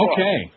Okay